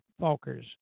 Falkers